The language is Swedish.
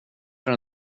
för